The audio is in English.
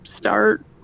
start